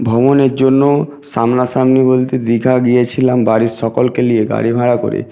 ভ্রমণের জন্য সামনা সামনি বলতে দীঘা গিয়েছিলাম বাড়ির সকলকে নিয়ে গাড়ি ভাড়া করে